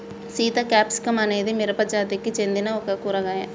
Sita capsicum అనేది మిరపజాతికి సెందిన ఒక కూరగాయ